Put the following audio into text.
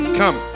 come